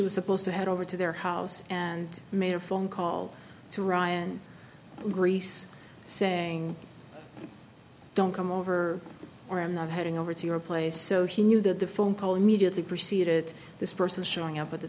was supposed to head over to their house and made a phone call to ryan greece saying don't come over or i'm not heading over to your place so he knew that the phone call immediately preceded this person showing up at the